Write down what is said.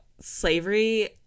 slavery